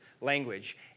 language